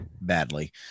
badly